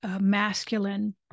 masculine